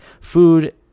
food